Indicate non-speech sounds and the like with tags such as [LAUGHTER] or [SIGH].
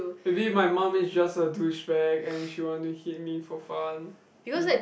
maybe my mum is just a douchebag and she want to hit me for fun [NOISE]